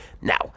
Now